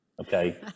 Okay